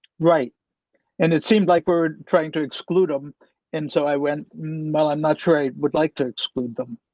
right and it seemed like we're trying to exclude them and so i went well, i'm not sure i would like to exclude them.